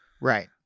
Right